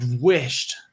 wished